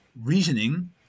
reasoning